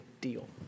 deal